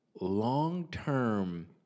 long-term